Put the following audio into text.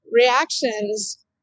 reactions